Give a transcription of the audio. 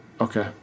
Okay